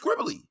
scribbly